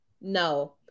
No